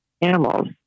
animals